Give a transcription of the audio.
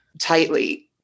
tightly